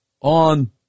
on